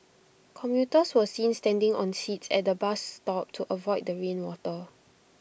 commuters were seen standing on seats at the bus stop to avoid the rain water